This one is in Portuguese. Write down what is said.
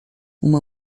uma